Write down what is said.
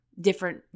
different